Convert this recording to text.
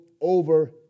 over